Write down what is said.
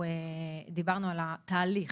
דיברנו על התהליך